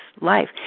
life